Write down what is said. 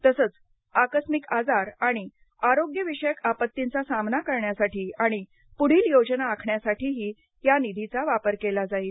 तसंच आकस्मिक आजार आणि आरोग्य विषयक आपत्तींचा सामना करण्यासाठी आणि पुढील योजना आखण्यासाठीही या निधीचा वापर केला जाईल